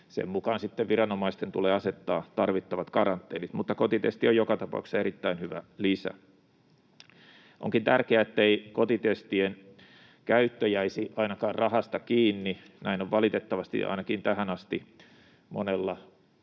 sen mukaan sitten viranomaisten tulee asettaa tarvittavat karanteenit. Mutta kotitesti on joka tapauksessa erittäin hyvä lisä. Onkin tärkeää, ettei kotitestien käyttö jäisi ainakaan rahasta kiinni. Näin on valitettavasti ainakin tähän asti monella